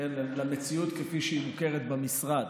למציאות כפי שהיא מוכרת במשרד.